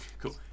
Cool